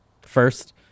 first